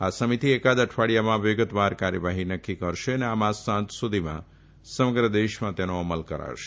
આ સમિતિ એકાદ અઠવાડીયામાં વિગતવાર કાર્યવાહી નકકી કરશે અને આ માસના અંત સુધીમાં સમગ્ર દેશમાં તેનો અમલ કરાશે